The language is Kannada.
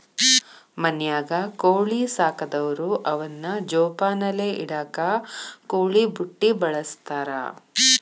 ಮನ್ಯಾಗ ಕೋಳಿ ಸಾಕದವ್ರು ಅವನ್ನ ಜೋಪಾನಲೆ ಇಡಾಕ ಕೋಳಿ ಬುಟ್ಟಿ ಬಳಸ್ತಾರ